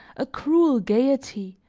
a cruel gaiety,